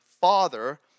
father